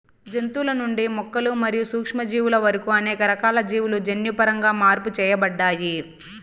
జంతువుల నుండి మొక్కలు మరియు సూక్ష్మజీవుల వరకు అనేక రకాల జీవులు జన్యుపరంగా మార్పు చేయబడ్డాయి